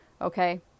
Okay